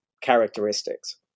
characteristics